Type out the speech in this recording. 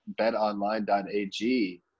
betonline.ag